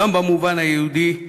גם במובן היהודי,